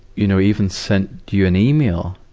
you know, even sent you an email,